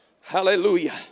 Hallelujah